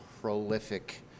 prolific